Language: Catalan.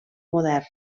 modern